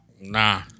nah